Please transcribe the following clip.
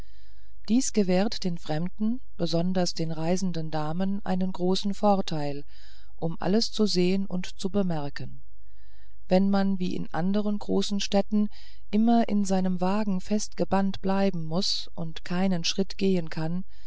dies gewährt den fremden besonders den reisenden damen einen großen vorteil um alles zu sehen und zu bemerken wenn man wie in anderen großen städten immer in seinem wagen festgebannt bleiben muß und keinen schritt gehen kann